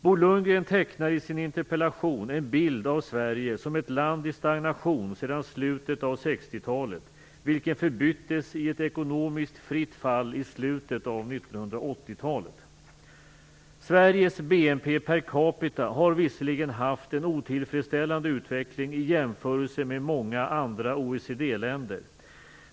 Bo Lundgren tecknar i sin interpellation en bild av Sverige som ett land i stagnation sedan slutet av 1960-talet, vilken förbyttes i ett ekonomiskt fritt fall i slutet av 1980-talet. Sveriges BNP per capita har visserligen haft en otillfredsställande utveckling i jämförelse med många andra OECD-länder.